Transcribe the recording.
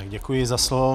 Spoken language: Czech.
Děkuji za slovo.